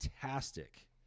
fantastic